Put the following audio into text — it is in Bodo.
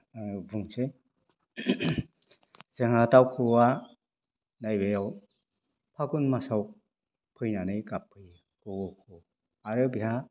बुंनोसै जोंहा दाउ खौवौआ जायगायाव फागुन मासाव फैनानै गाबो आरो बेहा